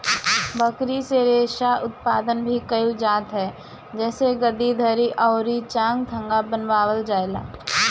बकरी से रेशा उत्पादन भी कइल जात ह जेसे गद्दी, दरी अउरी चांगथंगी बनावल जाएला